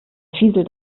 fieselt